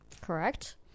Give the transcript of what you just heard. correct